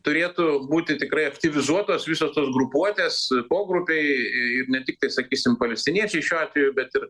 turėtų būti tikrai aktyvizuotos visos tos grupuotės pogrupiai ir ne tiktai sakysim palestiniečiai šiuo atveju bet ir